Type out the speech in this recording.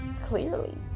clearly